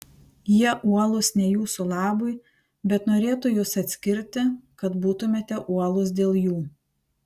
jie uolūs ne jūsų labui bet norėtų jus atskirti kad būtumėte uolūs dėl jų